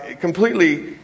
completely